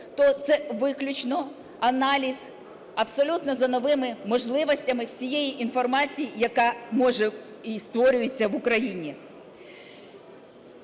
то це виключно аналіз абсолютно за новими можливостями всієї інформації, яка може…і створюється в Україні.